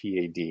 PAD